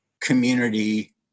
community